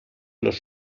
los